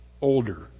older